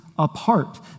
apart